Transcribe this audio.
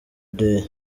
day